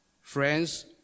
Friends